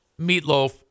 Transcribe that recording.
Meatloaf